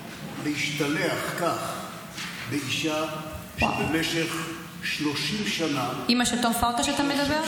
להשתלח כך באישה שבמשך 30 שנה --- על אימא של תום פרקש אתה מדבר?